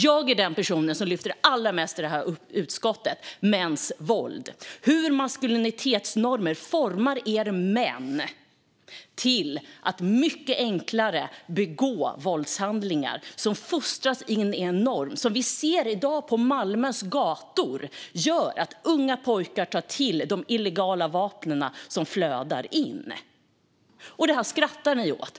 Jag är den person som allra mest i det här utskottet lyfter upp mäns våld, hur maskulinitetsnormer formar er män till att mycket lättare begå våldshandlingar och hur män fostras in i en norm som gör att unga pojkar på Malmös gator i dag tar till illegala vapen som flödar in. Det här skrattar ni åt.